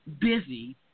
busy